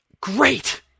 Great